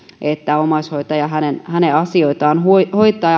että omaishoitaja hänen hänen asioitaan hoitaa